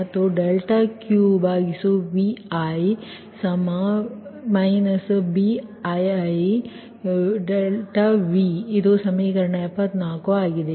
ಮತ್ತು ∆Q|Vi| B|∆V| ಇದು ಸಮೀಕರಣ 74 ಆಗಿದೆ